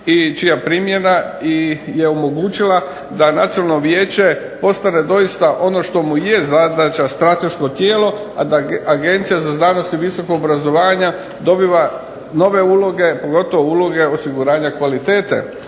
čija primjena je omogućila da Nacionalno vijeće postane doista ono što mu je zadaća strateško tijelo, a da Agencija za znanost i visokog obrazovanja dobiva nove uloge, pogotovo uloge osiguranja kvalitete.